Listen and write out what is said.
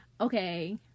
okay